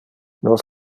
nos